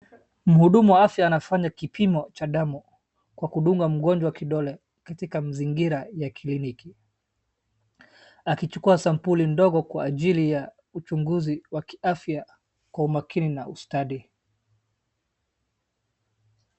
Mhudumu wa afya anafanya kipimo cha damu kwa kudunga mgonjwa kidole katika mazingira ya clinic. Akichukua sampuli ndogo kwa ajili ya uchunguzi wa kiafya kwa umakini na ustadi.